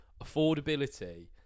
affordability